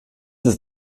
ist